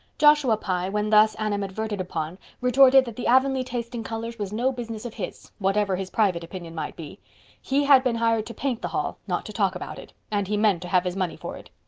joshua pye, when thus animadverted upon, retorted that the avonlea taste in colors was no business of his, whatever his private opinion might be he had been hired to paint the hall, not to talk about it and he meant to have his money for it.